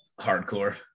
hardcore